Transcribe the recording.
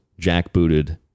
jackbooted